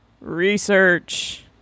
research